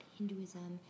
Hinduism